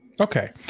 Okay